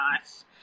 nice